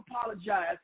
apologize